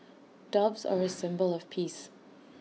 doves are A symbol of peace